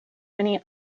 many